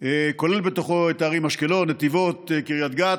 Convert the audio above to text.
הכולל בתוכו את הערים אשקלון, נתיבות, קריית גת,